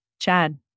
Chad